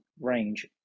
range